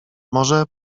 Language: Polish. może